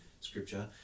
scripture